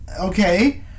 okay